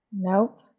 Nope